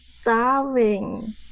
starving